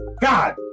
God